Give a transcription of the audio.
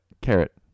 Carrot